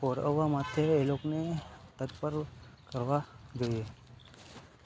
પોરવવા માટે એ લોકને તત્પર કરવા જોઈએ